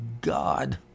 God